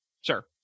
sure